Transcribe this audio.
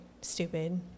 stupid